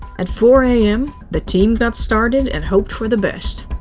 at four am, the team got started and hoped for the best.